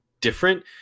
different